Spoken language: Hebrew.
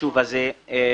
החשוב הזה.